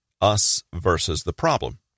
us-versus-the-problem